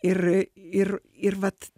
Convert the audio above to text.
ir ir ir vat